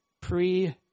pre